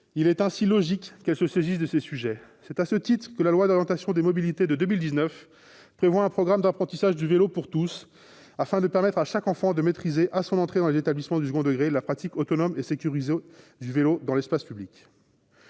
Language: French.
Il est ainsi logique qu'elle se saisisse de ces sujets. C'est à ce titre que la loi d'orientation des mobilités de 2019 prévoit un programme d'apprentissage du vélo pour tous, afin de permettre à chaque enfant de maîtriser, à son entrée dans les établissements du second degré, la pratique autonome et sécurisée du vélo dans l'espace public.